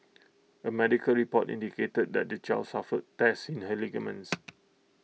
A medical report indicated that the child suffered tears in her ligaments